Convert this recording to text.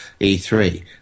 E3